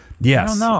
yes